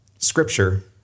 Scripture